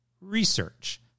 research